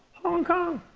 hong kong,